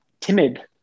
timid